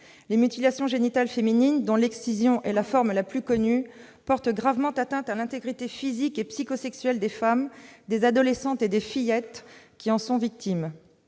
Les mutilations génitales féminines, dont l'excision est la forme la plus connue, portent gravement atteinte à l'intégrité physique et psychosexuelle des femmes, des adolescentes et des fillettes qui en sont victimes.